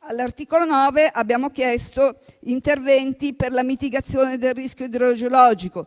All'articolo 9 abbiamo chiesto interventi per la mitigazione del rischio idrogeologico,